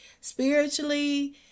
spiritually